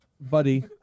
buddy